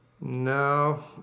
No